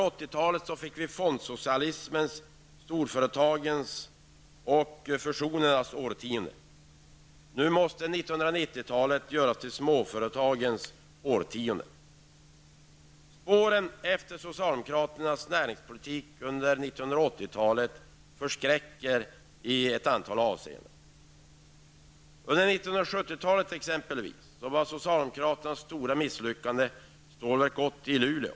80-talet var fondsocialismens, storföretagens och fusionernas årtionde. Nu måste 90-talet göras till småföretagens årtionde. Spåren efter socialdemokraternas näringsplitik under 80-talet förskräcker i ett antal avseenden. Under 70-talet exempelvis var socialdemokraternas stora misslyckande Stålverk 80 i Luleå.